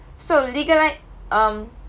so legali~ um